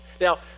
Now